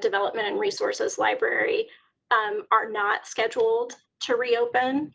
development and resources library um are not scheduled to reopen